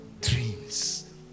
dreams